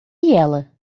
ela